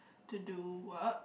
to do work